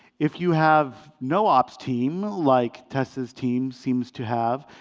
if you have no ops team, like tess's team seems to have,